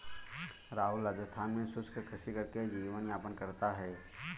राहुल राजस्थान में शुष्क कृषि करके जीवन यापन करता है